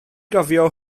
gofio